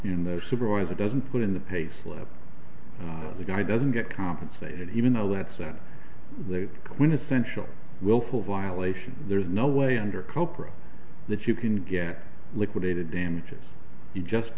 in the supervisor doesn't put in the pay slip the guy doesn't get compensated even though that's at the quintessential willful violation there's no way under copra that you can get liquidated damages you just